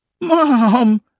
Mom